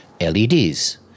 LEDs